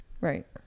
Right